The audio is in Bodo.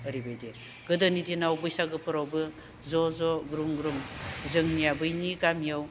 ओरैबायदि गोदोनि दिनाव बैसागोफोरावबो ज'ज' ग्रोम ग्रोम जोंनिया बैनि गामियाव